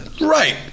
Right